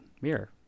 mirror